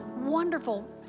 wonderful